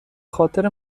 خاطر